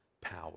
power